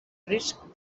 risc